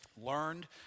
learned